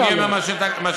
אני אומר מה שכתוב.